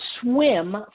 swim